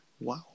Wow